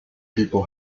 people